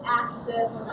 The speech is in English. axis